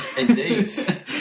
Indeed